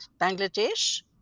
Bangladesh